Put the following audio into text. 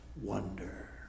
wonder